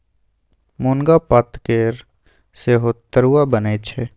मुनगा पातकेर सेहो तरुआ बनैत छै